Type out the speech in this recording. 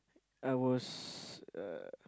I was uh